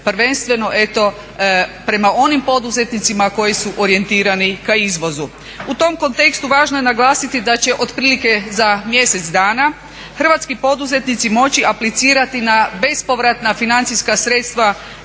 prvenstveno eto prema onim poduzetnicima koji su orijentirani k izvozu. U tom kontekstu važno je naglasiti da će otprilike za mjesec dana hrvatski poduzetnici moći aplicirati na bespovratna financijska sredstva